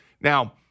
Now